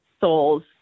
souls